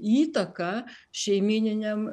įtaką šeimyniniam